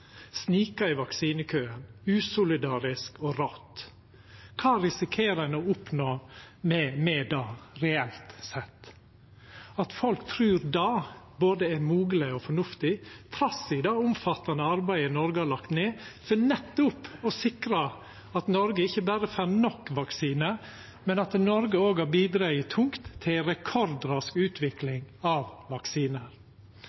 i vaksinekøen, usolidarisk og rått, kva risikerer ein å oppnå med det reelt sett? At folk trur det både er mogleg og fornuftig, trass i det omfattande arbeidet Noreg har lagt ned for nettopp å sikra at vi ikkje berre får nok vaksinar, men at vi òg har bidrege tungt til rekordrask